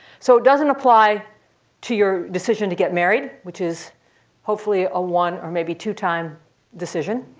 so it doesn't apply to your decision to get married, which is hopefully a one or maybe two time decision.